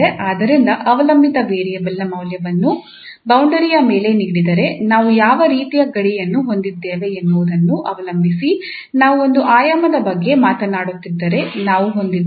ಆದ್ದರಿಂದ ಅವಲಂಬಿತ ವೇರಿಯೇಬಲ್ನ ಮೌಲ್ಯವನ್ನು ಬೌಂಡರಿಯ ಮೇಲೆ ನೀಡಿದರೆ ನಾವು ಯಾವ ರೀತಿಯ ಗಡಿಯನ್ನು ಹೊಂದಿದ್ದೇವೆ ಎನ್ನುವುದನ್ನು ಅವಲಂಬಿಸಿ ನಾವು ಒಂದು ಆಯಾಮದ ಬಗ್ಗೆ ಮಾತನಾಡುತ್ತಿದ್ದರೆ ನಾವು ಹೊಂದಿದ್ದೇವೆ